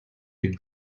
den